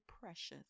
precious